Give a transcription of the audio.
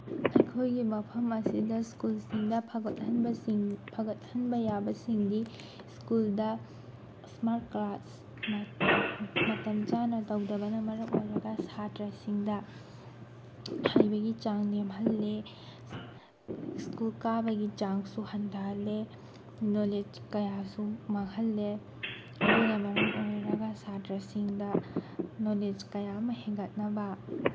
ꯑꯩꯈꯣꯏꯒꯤ ꯃꯐꯝ ꯑꯁꯤꯗ ꯁ꯭ꯀꯨꯜꯁꯤꯡꯗ ꯐꯒꯠꯍꯟꯕꯁꯤꯡ ꯐꯒꯠꯍꯟꯕ ꯌꯥꯕꯁꯤꯡꯗꯤ ꯁ꯭ꯀꯨꯜꯗ ꯏꯁꯃꯥꯔꯠ ꯀ꯭ꯂꯥꯁ ꯃꯇꯝ ꯆꯥꯅ ꯇꯧꯗꯕꯅ ꯃꯔꯝ ꯑꯣꯏꯔꯒ ꯁꯥꯇ꯭ꯔꯁꯤꯡꯗ ꯍꯩꯕꯒꯤ ꯆꯥꯡ ꯅꯦꯝꯍꯜꯂꯤ ꯁ꯭ꯀꯨꯜ ꯀꯥꯕꯒꯤ ꯆꯥꯡꯁꯨ ꯍꯟꯊꯍꯜꯂꯦ ꯅꯣꯂꯦꯖ ꯀꯌꯥꯁꯨ ꯃꯥꯡꯍꯜꯂꯦ ꯑꯗꯨꯅ ꯃꯔꯝ ꯑꯣꯏꯔꯒ ꯁꯥꯇ꯭ꯔꯁꯤꯡꯗ ꯅꯣꯂꯦꯖ ꯀꯌꯥ ꯑꯃ ꯍꯦꯡꯒꯠꯅꯕ